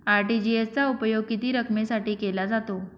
RTGS चा उपयोग किती रकमेसाठी केला जातो?